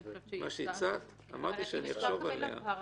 אני חושבת --- אמרתי שאני אחשוב עליה.